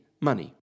money